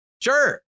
sure